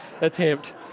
attempt